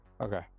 okay